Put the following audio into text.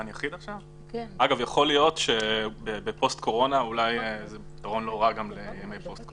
יכול להיות שאולי זה פתרון לא רע גם לימי פוסט-קורונה.